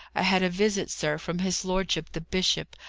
i had a visit, sir, from his lordship the bishop.